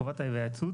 חובת ההיוועצות,